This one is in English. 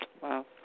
Wow